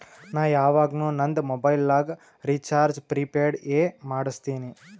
ನಾ ಯವಾಗ್ನು ನಂದ್ ಮೊಬೈಲಗ್ ರೀಚಾರ್ಜ್ ಪ್ರಿಪೇಯ್ಡ್ ಎ ಮಾಡುಸ್ತಿನಿ